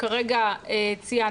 שכרגע ציינתי,